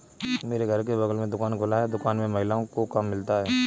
मेरे घर के बगल में दुकान खुला है दुकान में महिलाओं को काम मिलता है